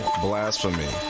blasphemy